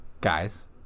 guys